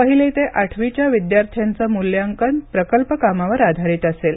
पहिली ते आठवीच्या विद्यार्थ्यांचं मूल्यांकन प्रकल्प कामावर आधारित असेल